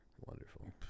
Wonderful